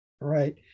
Right